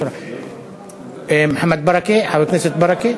חבר הכנסת ברכה?